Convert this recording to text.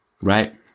Right